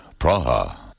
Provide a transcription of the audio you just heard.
Praha